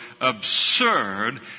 absurd